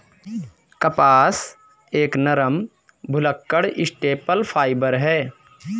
कपास एक नरम, भुलक्कड़ स्टेपल फाइबर है